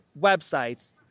websites